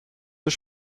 zur